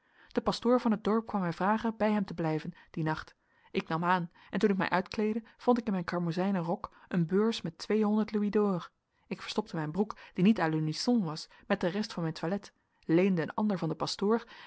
de pastoor van t dorp kwam mij vragen bij hem te blijven dien nacht ik nam aan en toen ik mij uitkleedde vond ik in mijn karmozijnen rok een beurs met tweehonderd louis d'or ik verstopte mijn broek die niet à l'unisson was met de rest van mijn toilet leende een andere van den pastoor